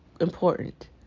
important